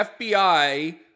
FBI